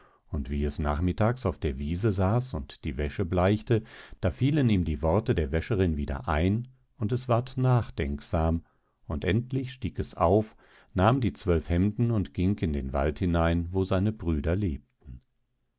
und wie es nachmittags auf der wiese saß und die wäsche bleichte da fielen ihm die worte der wäscherin wieder ein und es ward nachdenksam und endlich stieg es auf nahm die zwölf hemder und ging in den wald hinein wo seine brüder lebten